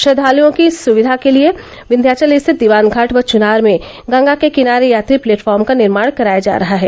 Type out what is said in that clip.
श्रद्धालुओं की सुविधा के लिए विन्ध्याचल स्थित दीवानघाट व चुनार में गंगा के किनारे यात्री प्लेटफार्म का निर्माण कराया जा रहा है